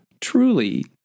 truly